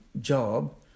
job